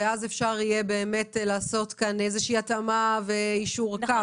ואז אפשר יהיה לעשות כאן התאמה ויישור קו בין כולם.